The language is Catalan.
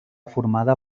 formada